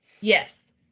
Yes